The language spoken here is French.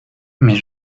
mais